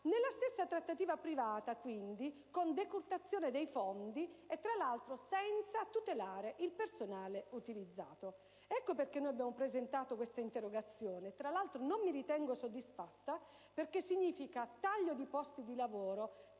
nella stessa trattativa privata, con decurtazione dei fondi, e peraltro senza tutelare il personale utilizzato. Ecco perché abbiamo presentato questa interrogazione. Aggiungo che non mi ritengo soddisfatta, perché significa tagli di posti di lavoro